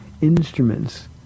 instruments